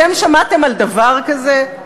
אתם שמעתם על דבר כזה?